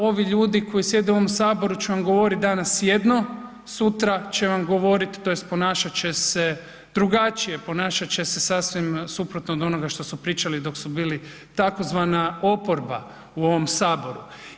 Ovi ljudi koji sjede u ovom Saboru će vam govoriti danas jedno, sutra će vam govoriti tj. ponašat će se drugačije, ponašat će se sasvim suprotno od onoga što su pričali dok su bili tzv. oporba u ovom Saboru.